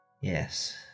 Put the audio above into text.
Yes